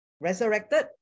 resurrected